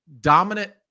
dominant